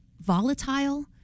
volatile